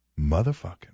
Motherfucking